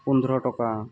পোন্ধৰ টকা